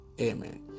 amen